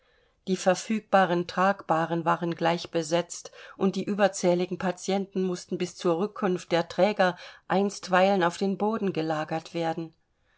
die verfügbaren tragbahren waren gleich besetzt und die überzähligen patienten mußten bis zur rückkunft der träger einstweilen auf den boden gelagert werden